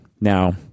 Now